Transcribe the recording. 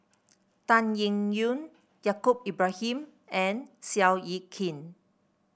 Tan Eng Yoon Yaacob Ibrahim and Seow Yit Kin